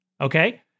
okay